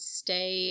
stay